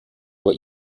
what